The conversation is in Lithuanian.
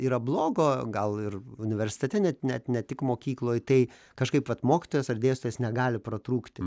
yra blogo gal ir universitete net net ne tik mokykloj tai kažkaip vat mokytojas ar dėstytojas negali pratrūkti